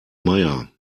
meier